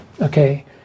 okay